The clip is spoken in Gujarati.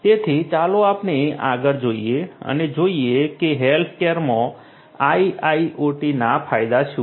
તેથી ચાલો આપણે આગળ જોઈએ અને જોઈએ કે હેલ્થકેરમાં IIoT ના ફાયદા શું છે